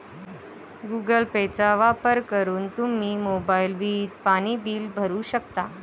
Google पेचा वापर करून तुम्ही मोबाईल, वीज, पाणी बिल भरू शकता